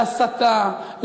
להסתה,